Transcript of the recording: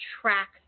track